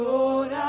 Lord